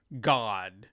God